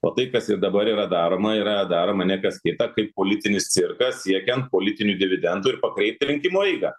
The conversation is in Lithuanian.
o tai kas ir dabar yra daroma yra daroma ne kas kita kaip politinis cirkas siekiant politinių dividendų ir pakreipti rinkimų eigą